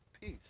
peace